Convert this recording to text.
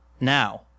now